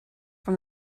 from